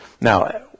Now